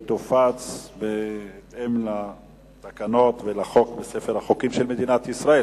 ותופץ בהתאם לתקנות ולחוק בספר החוקים של מדינת ישראל.